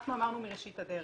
אנחנו אמרנו מראשית הדרך,